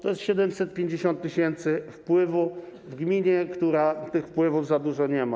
To jest 750 tys. wpływu w gminie, która tych wpływów za dużo nie ma.